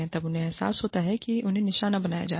तब उन्हें एहसास होता है कि उन्हें निशाना बनाया जा रही है